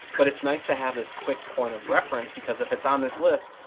but it's nice to have this quick point of reference because if it's on this list,